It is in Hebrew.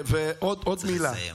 צריך לסיים.